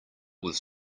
was